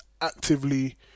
actively